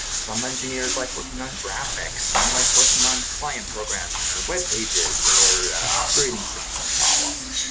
some engineers like working on graphics. some like working on client programming, or webpages, or operating systems problems.